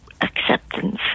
acceptance